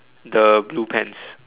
the blue pants